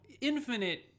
infinite